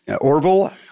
orville